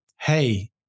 hey